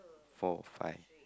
four five